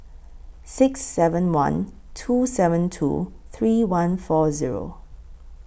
six seven one two seven two three one four Zero